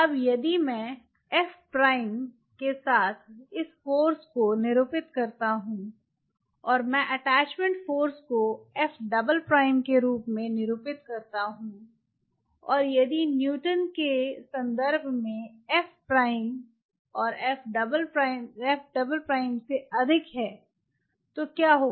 अब यदि मैं F के साथ इस बल को निरूपित करता हूं और मैं अटैचमेंट फाॅर्स को F के रूप में निरूपित करता हूं और यदि न्यूटन के संदर्भ में F F से अधिक है तो क्या होगा